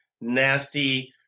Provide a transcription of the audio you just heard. nasty